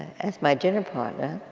as my dinner partner.